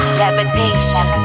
levitation